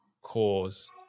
cause